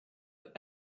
but